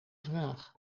vraag